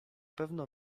pewno